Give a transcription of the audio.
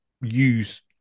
use